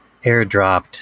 airdropped